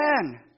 again